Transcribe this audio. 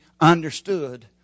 understood